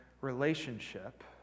relationship